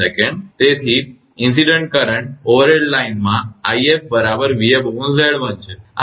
હવે તેથી incident current overhead લાઇનમાં 𝑖𝑓 બરાબર 𝑣𝑓𝑍1 છે